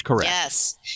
Yes